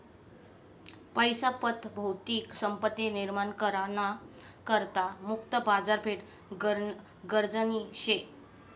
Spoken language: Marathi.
पैसा पत भौतिक संपत्ती निर्माण करा ना करता मुक्त बाजारपेठ गरजनी शे